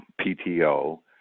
PTO